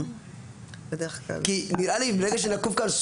אני מניח שתהיה פרשנות,